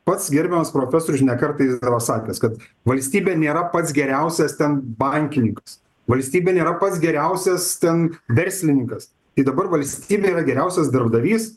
pats gerbiamas profesorius ne kartą yra sakęs kad valstybė nėra pats geriausias ten bankininkas valstybė nėra pats geriausias ten verslininkas tai dabar valstybė yra geriausias darbdavys